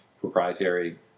proprietary